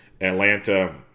Atlanta